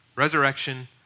resurrection